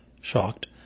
Shocked